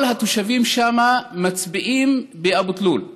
כל התושבים שם מצביעים באבו תלול.